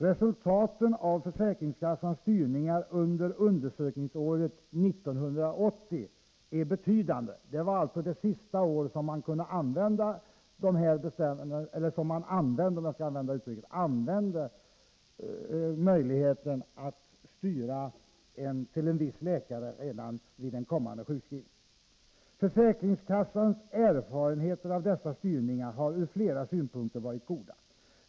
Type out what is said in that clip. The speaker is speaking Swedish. ——- resultaten av försäkringskassans styrningar under undersökningsåret 1980 är betydande.” Det var alltså det sista år man använde möjligheten att styra till en viss läkare redan vid en kommande sjukskrivning. Jag fortsätter citatet: ”Försäkringskassans erfarenheter av dessa styrningar har ur flera synpunkter varit goda.